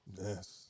Yes